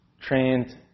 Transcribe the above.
trained